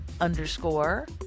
underscore